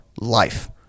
life